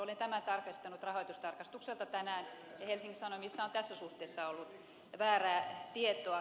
olen tämän tarkistanut rahoitustarkastukselta tänään ja helsingin sanomissa on tässä suhteessa ollut väärää tietoa